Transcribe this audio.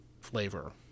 flavor